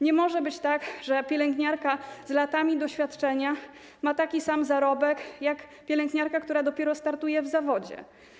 Nie może być tak, że pielęgniarka z wieloma latami doświadczenia ma taki sam zarobek jak pielęgniarka, która dopiero startuje w zawodzie.